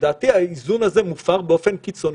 לדעתי האיזון הזה מופר באופן קיצוני,